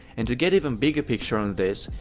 and to get even bigger picture on this,